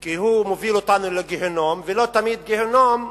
כי הוא מוביל אותנו לגיהינום, ולא תמיד גיהינום,